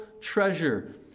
treasure